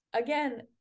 again